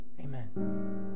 Amen